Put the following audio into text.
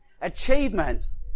Achievements